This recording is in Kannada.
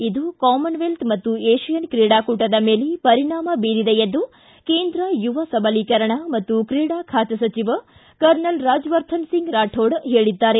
ಇದು ಕಾಮನವೆಲ್ತೆ ಮತ್ತು ಏಷಿಯನ್ ಕ್ರೀಡಾಕೂಟದ ಮೇಲೆ ಪರಿಣಾಮ ಬೀರಿದೆ ಎಂದು ಕೇಂದ್ರ ಯುವ ಸಬಲೀಕರಣ ಮತ್ತು ಕ್ರೀಡಾ ಖಾತೆ ಸಚಿವ ಕರ್ನಲ್ ರಾಜವರ್ಧನ್ ಸಿಂಗ್ ರಾಕೋಡ್ ಹೇಳಿದ್ದಾರೆ